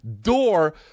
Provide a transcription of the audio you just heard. door